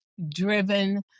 driven